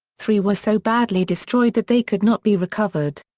three were so badly destroyed that they could not be recovered.